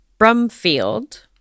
Brumfield